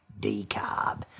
Decarb